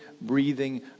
breathing